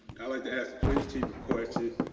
i like to ask the police chief a question,